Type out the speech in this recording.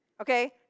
Okay